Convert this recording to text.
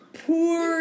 poor